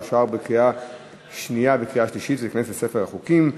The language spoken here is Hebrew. אושרה בקריאה שנייה ובקריאה שלישית ותיכנס לספר החוקים.